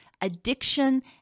addiction